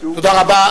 תודה רבה.